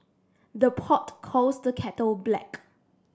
the pot calls the kettle black